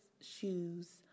shoes